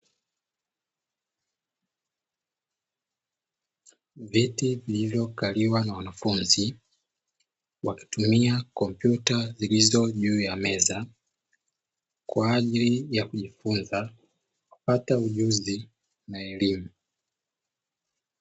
Viti vilivyokaliwa na wanafunzi, wakitumia kompyuta zilizo juu ya meza kwa ajili ya kujifunza kupata ujuzi na elimu.